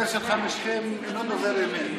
נפסקה בשעה 11:18 ונתחדשה בשעה 21:16.)